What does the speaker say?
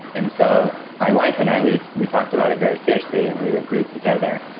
and so my wife and i, we we talked about it very seriously, and we agreed together,